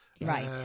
Right